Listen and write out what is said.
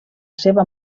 seva